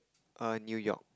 err New-York